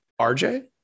RJ